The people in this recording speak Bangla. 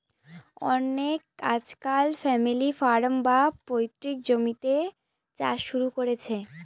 অনকে আজকাল ফ্যামিলি ফার্ম, বা পৈতৃক জমিতে চাষ শুরু করেছে